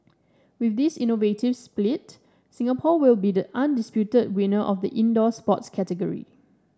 with this innovative split Singapore will be the undisputed winner of the indoor sports category